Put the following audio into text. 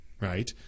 right